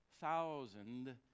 thousand